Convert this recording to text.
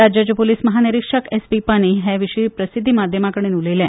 राज्याचे पुलीस म्हानिरिक्षक एसपी पानी हे विशीं प्रसिद्धी माध्यमां कडेन उलयले